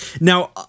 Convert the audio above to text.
Now